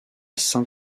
saint